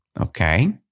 Okay